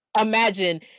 imagine